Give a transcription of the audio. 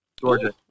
Georgia